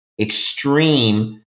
extreme